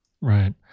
Right